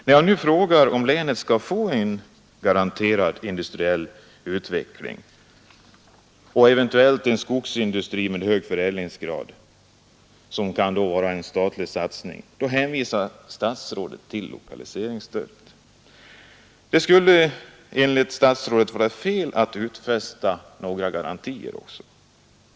När jag nu frågar om länet skall få en garanterad industriell utveckling och eventuellt en skogsindustri med hög förädlingsgrad, som kan vara en statlig satsning, hänvisar statsrådet till lokaliseringsstödet. Det skulle enligt statsrådet vara fel att också ställa ut några garantier.